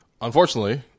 Unfortunately